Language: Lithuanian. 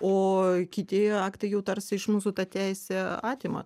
o kiti aktai jau tarsi iš mūsų tą teisę atima